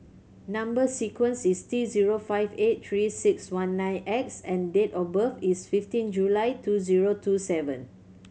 number sequence is T zero five eight Three Six One nine X and date of birth is fifteen July two zero two seven